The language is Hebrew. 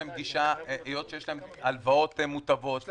היות שיש להם הלוואות מוטבות,